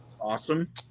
Awesome